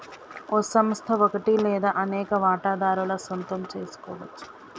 ఓ సంస్థ ఒకటి లేదా అనేక వాటాదారుల సొంతం సెసుకోవచ్చు